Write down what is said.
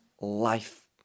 life